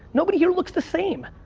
nobody here looks the same.